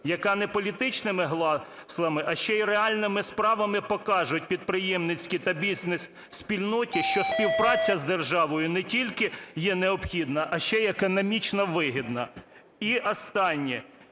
яка неполітичними гаслами, а ще й реальними справами покажуть підприємницькій та бізнес-спільноті, що співпраця з державою не тільки є необхідна, а ще й економічно вигідна. І останнє.